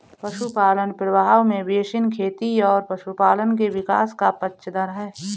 पशुपालन प्रभाव में बेसिन खेती और पशुपालन के विकास का पक्षधर है